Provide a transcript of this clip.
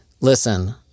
Listen